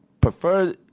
prefer